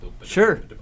Sure